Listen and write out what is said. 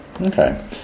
Okay